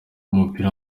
umupira